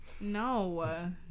No